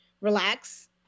Relax